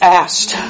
asked